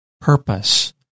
purpose